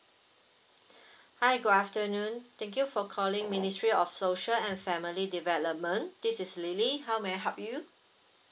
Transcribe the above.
hi good afternoon thank you for calling ministry of social and family development this is lily how may I help you